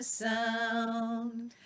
sound